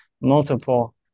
multiple